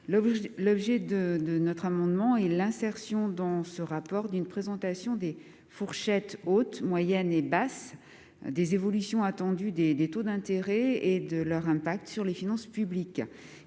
du pays. Notre amendement a pour objet d'insérer dans ce rapport une présentation des fourchettes haute, moyenne et basse des évolutions attendues des taux d'intérêt et de leur impact sur les finances publiques.